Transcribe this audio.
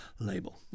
label